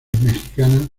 mexicanas